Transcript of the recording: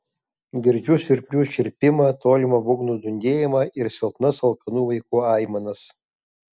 girdžiu svirplių čirpimą tolimą būgnų dundėjimą ir silpnas alkanų vaikų aimanas